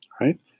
right